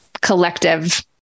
collective